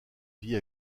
vit